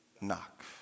knock